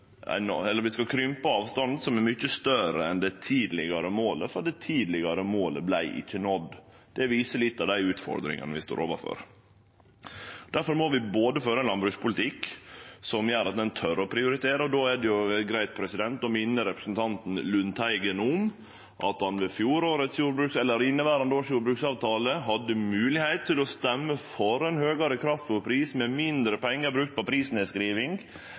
krympe avstanden som er mykje større enn det tidlegare målet. Det tidlegare målet vart ikkje nådd. Det viser litt av dei utfordringane vi står overfor. Difor må vi føre ein landbrukspolitikk som gjer at ein tør å prioritere. Då er det greitt å minne representanten Lundteigen om at han ved behandlinga av inneverande års jordbruksavtale hadde moglegheit til å stemme for ein høgare kraftfôrpris med mindre pengar brukt på prisnedskriving